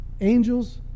angels